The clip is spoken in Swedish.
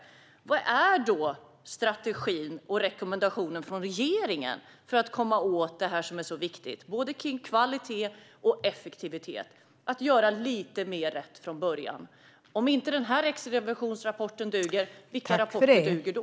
Min fråga till regeringen är: Vad är strategin och rekommendationen från regeringen för att komma åt detta som är så viktigt, vad gäller såväl kvalitet som effektivitet? Det gäller att göra lite mer rätt från början. Om inte denna riksrevisionsrapport duger, vilka rapporter duger då?